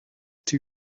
too